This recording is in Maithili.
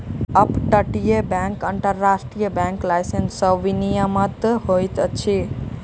अप तटीय बैंक अन्तर्राष्ट्रीय बैंक लाइसेंस सॅ विनियमित होइत अछि